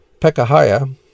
Pekahiah